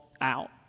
out